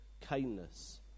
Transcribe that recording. kindness